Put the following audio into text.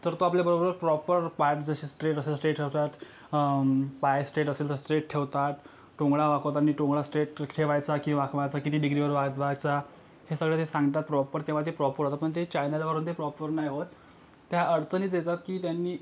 तर तो आपल्याबरोबर प्रॉपर पाठ जसे स्ट्रेट असं स्ट्रेट ठेवतात पाय स्ट्रेट असेल तर स्ट्रेट ठेवतात टुंगळा वाकवताना टुंगळा स्ट्रेट ठेवायचा की वाकवायचा किती डिग्री वर वाकवायचा हे सगळं ते सांगतात प्रॉपर तेव्हा ते प्रॉपर होतं पण ते चॅनलवरून ते प्रॉपर नाही होत त्या अडचणीच येतात की त्यांनी